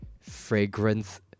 fragrance